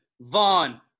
Vaughn